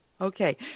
Okay